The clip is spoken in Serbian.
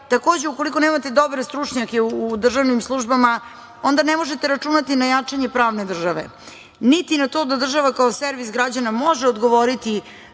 Takođe, ukoliko nemate dobre stručnjake u državnim službama, onda ne možete računati na jačanje pravne države, niti na to da država kao servis građana može odgovoriti